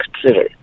consider